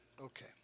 Okay